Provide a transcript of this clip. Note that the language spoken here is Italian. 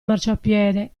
marciapiede